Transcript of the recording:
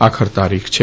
આખર તારીખ છે